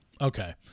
okay